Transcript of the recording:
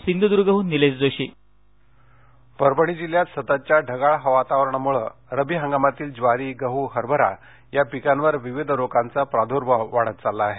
रोग परभणी जिल्ह्यात सततच्या ढगाळ वातावरणामुळे रब्बी हंगामातील ज्वारी गहू हरबरा या पिकांवर विविध रोगाचा प्रादुर्भाव वाढत चालला आहे